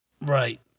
Right